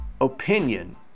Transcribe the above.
opinion